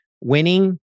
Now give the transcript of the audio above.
Winning